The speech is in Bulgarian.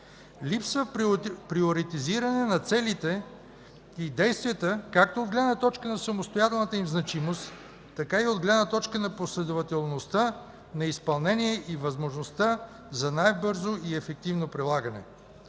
Липсва приоритизиране на целите и действията както от гледна точка на самостоятелната им значимост, така и от гледна точка на последователността на изпълнение и възможността за най-бързо и ефективно прилагане.